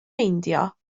meindio